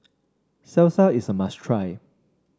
salsa is a must try